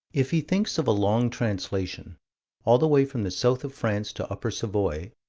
if he thinks of a long translation all the way from the south of france to upper savoy,